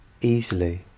easily